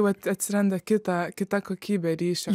vat atsiranda kita kita kokybė ryšio